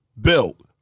Built